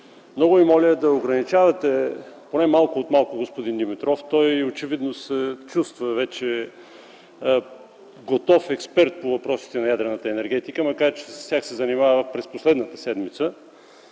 Много Ви моля да ограничавате поне малко от малко господин Димитров. Той очевидно се чувства вече готов експерт по въпросите на ядрената енергетика, макар че с тях се занимава през последната седмица.